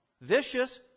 vicious